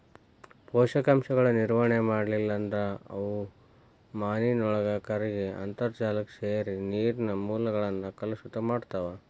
ಪೋಷಕಾಂಶಗಳ ನಿರ್ವಹಣೆ ಮಾಡ್ಲಿಲ್ಲ ಅಂದ್ರ ಅವು ಮಾನಿನೊಳಗ ಕರಗಿ ಅಂತರ್ಜಾಲಕ್ಕ ಸೇರಿ ನೇರಿನ ಮೂಲಗಳನ್ನ ಕಲುಷಿತ ಮಾಡ್ತಾವ